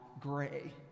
gray